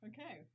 Okay